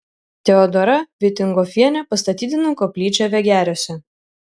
teodora vitingofienė pastatydino koplyčią vegeriuose